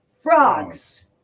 Frogs